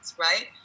right